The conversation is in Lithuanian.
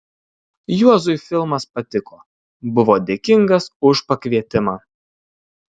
juozui filmas patiko buvo dėkingas už pakvietimą